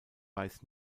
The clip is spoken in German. weiß